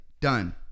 Done